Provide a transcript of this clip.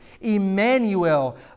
Emmanuel